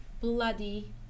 Bloody